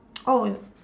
oh